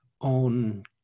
on